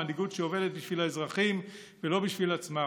מנהיגות שעובדת בשביל האזרחים ולא בשביל עצמה,